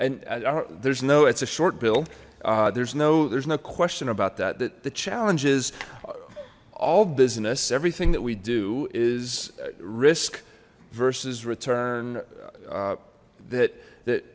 and there's no it's a short bill there's no there's no question about that that the challenge is all business everything that we do is risk versus return that that